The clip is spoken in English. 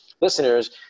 listeners